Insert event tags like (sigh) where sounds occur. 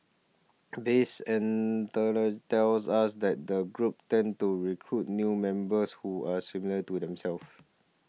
base (unintelligible) tells us that groups tend to recruit new members who are similar to themselves